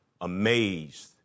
amazed